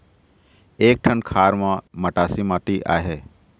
एक ठन खार म मटासी माटी आहे?